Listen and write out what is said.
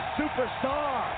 superstar